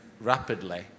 rapidly